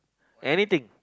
anything